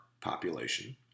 population